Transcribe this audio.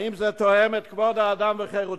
האם זה תואם את כבוד האדם וחירותו,